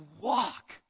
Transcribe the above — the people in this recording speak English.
walk